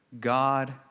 God